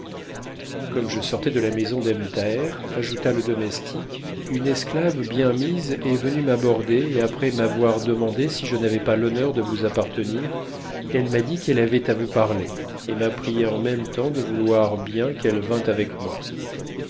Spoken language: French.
comme je sortais de ta maison d'ebn thaher ajouta le domestique une esclave bien mise est venue m'aborder et après m'avoir demandé si je n'avais pas l'honneur de vous appartenir elle m'a dit qu'elle avait à vous parler et m'a prié en même temps de vouloir bien qu'elle vînt avec moi